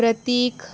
प्रतीक